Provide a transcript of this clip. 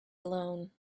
alone